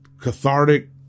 cathartic